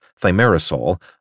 thimerosal